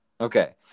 Okay